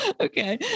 Okay